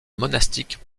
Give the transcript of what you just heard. monastique